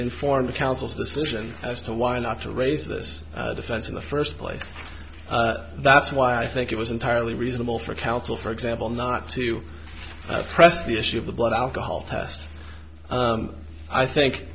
inform the council's decision as to why not to raise this defense in the first place that's why i think it was entirely reasonable for counsel for example not to press the issue of the blood alcohol test i think